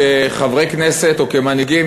כחברי כנסת או כמנהיגים,